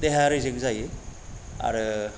देहाया रेजें जायो आरो